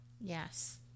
yes